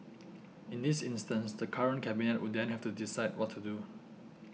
in this instance the current Cabinet would then have to decide what to do